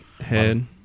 head